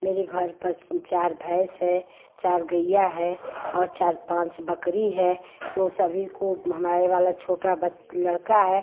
मेरे घर पर चार भैंस है चार गैया है और चार पाँच बक़री है तो सभी को हमारा वाला छोटा बच लड़का है